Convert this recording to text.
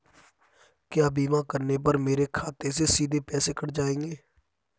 क्या बीमा करने पर मेरे खाते से सीधे पैसे कट जाएंगे?